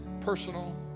personal